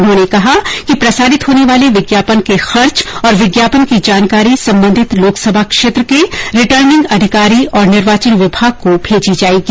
उन्होंने कहा कि प्रसारित होने वाले विज्ञापन के खर्च और विज्ञापन की जानकारी संबंधित लोकसभा क्षेत्र के रिटर्निंग अधिकारी और निर्वाचन विभाग को भेजी जायेगी